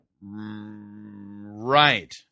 Right